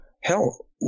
hell